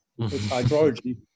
Hydrology